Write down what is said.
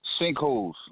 sinkholes